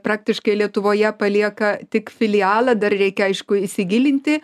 praktiškai lietuvoje palieka tik filialą dar reikia aišku įsigilinti